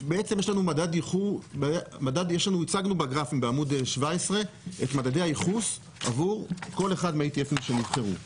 בעצם הצגנו בגרפים בעמוד 17 את מדדי הייחוס עבור כל אחד מה-ETF שנבחרו.